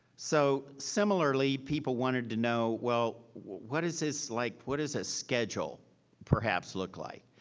so similarly people wanted to know, well, what is this? like, what does a schedule perhaps look like?